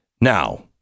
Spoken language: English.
now